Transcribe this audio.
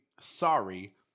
Sorry